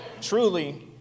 truly